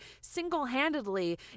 single-handedly